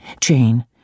Jane